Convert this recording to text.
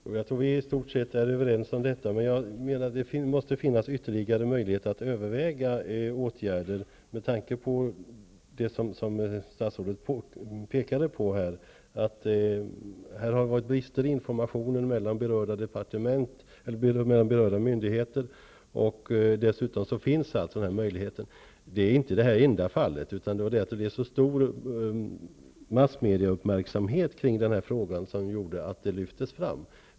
Herr talman! Jag tror att vi i stort sett är överens om detta. Men jag menar att det måste finnas ytterligare möjligheter att överväga åtgärder med tanke på det som statsrådet påpekade om att det har varit brister i informationen mellan berörda myndigheter. Dessutom finns alltså denna möjlighet. Detta är inte det enda fallet. Men det fick så stor uppmärksamhet i massmedia att det lyftes fram.